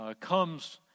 comes